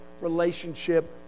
relationship